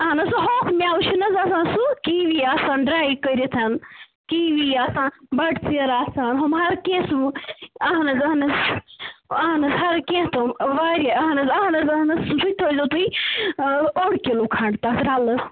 اہن حظ سُہ ہوٚکھ میوٕ چھُنہٕ حظ آسان سُہ کیٖوی آسان ڈرٛاے کٔرِتھ کِوی آسان بَٹہٕ ژیر آسان ہُم ہر کینٛہہ فرٛوٹ اَہن حظ اہن حظ اَہن حظ ہر کینٛہہ تِم واریاہ اَہن حظ اَہن حظ اہن حظ سُہ چھُ تھٲیزیٚو تُہۍ اوٚڑ کِلوٗ کھَنٛڈ تَتھ رَلہٕ